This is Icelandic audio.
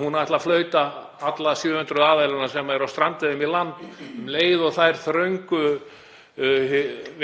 hún ætli að flauta alla 700 aðilana sem eru á strandveiðum í land um leið og þær þröngu